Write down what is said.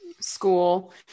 school